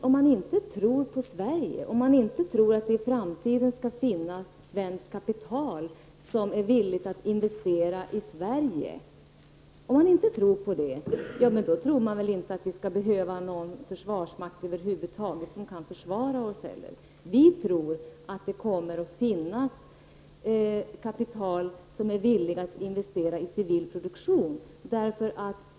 Om man inte tror på Sverige och inte tror att någon vill investera i Sverige, då tror man väl inte heller att vi över huvud taget behöver en försvarsmakt. Vi tror att det finns de som är villiga att investera kapital i civil produktion.